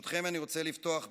ברשותכם, אני רוצה לפתוח בשיר,